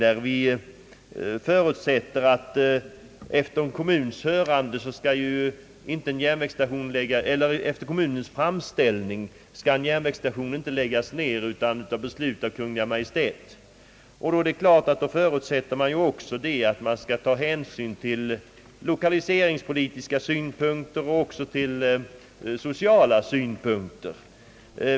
Utskottet förutsätter att en järnvägsstation inte skall kunna läggas ned av SJ sedan en kommun Sgjort framställning om att den skall vara kvar, utan beslut härom skall fattas av Kungl. Maj:t. Utskottet förutsätter också att hänsyn då skall tas till lokaliseringspolitiska synpunkter och till sociala synpunkter.